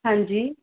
ਹਾਂਜੀ